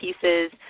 pieces